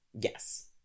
Yes